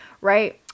Right